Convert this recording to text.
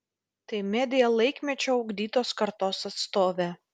tai media laikmečio ugdytos kartos atstovė